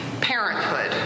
Parenthood